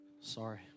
Sorry